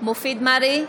מופיד מרעי,